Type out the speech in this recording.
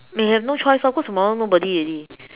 you have no choice lor cause tomorrow nobody already